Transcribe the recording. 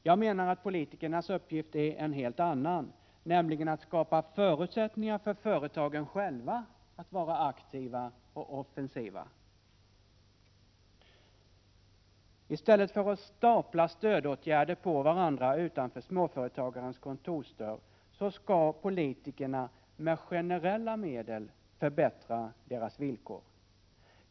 Jag menar att politikernas uppgift är en helt annan, nämligen att skapa förutsättningar för företagen själva att vara aktiva och offensiva. I stället för att stapla stödåtgärder på varandra utanför småföretagarens kontorsdörr skall politikerna med generella medel förbättra deras villkor.